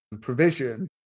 provision